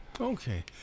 okay